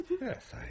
Yes